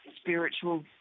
spiritual